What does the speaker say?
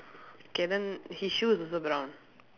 K then his shoes is also brown